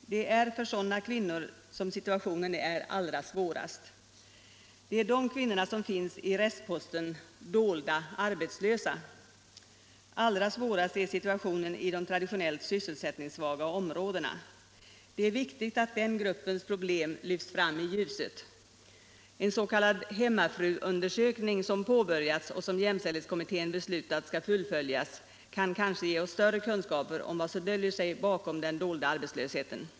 Det är för sådana kvinnor situationen är allra svårast. Det är de kvinnorna som finns i restposten ”dolda arbetslösa”. Allra svårast är situationen i de tradionellt sysselsättningssvaga områdena. Det är viktigt att den gruppens problem lyfts fram i ljuset. En s.k. hemmafruundersökning som påbörjats Allmänpolitisk debatt Allmänpolitisk debatt och som jämställdhetskommittén beslutat skall fullföljas kan kanske ge oss större kunskaper om vad som döljer sig bakom den dolda arbetslösheten.